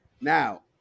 Now